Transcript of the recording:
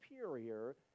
superior